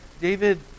David